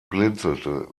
blinzelte